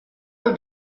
peut